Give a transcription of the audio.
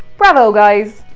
bravo guys!